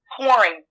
pouring